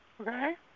Okay